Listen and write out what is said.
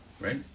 Right